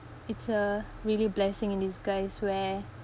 it's a really blessing in disguise where